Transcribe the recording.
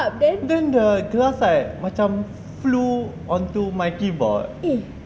then the gelas like macam flew onto my keyboard